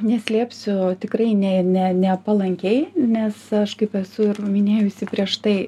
neslėpsiu tikrai ne ne nepalankiai nes aš kaip esu ir minėjusi prieš tai